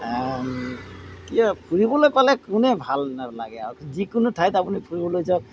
কি হয় ফুৰিবলৈ পালে কোনে ভাল নালাগে আৰু যিকোনো ঠাইত আপুনি ফুৰিবলৈ যাওক